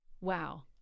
Wow